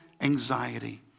anxiety